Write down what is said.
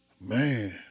man